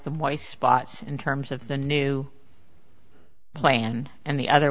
them white spots in terms of the new plan and the other